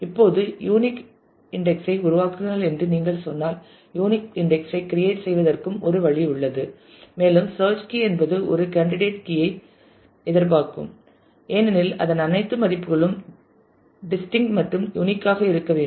இப்போது unique index ஐ உருவாக்குங்கள் என்று நீங்கள் சொன்னால் யூனிக் இன்டெக்ஸ் ஐ கிரியேட் செய்வதற்கும் ஒரு வழி உள்ளது மேலும் சேர்ச் கீ என்பது ஒரு கேண்டிடேட் கீ ஐ எதிர்பார்க்கும் ஏனெனில் அதன் அனைத்து மதிப்புகளும் டிஸ்டின்ட் மற்றும் யூனிக் ஆக இருக்க வேண்டும்